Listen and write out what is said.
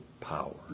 power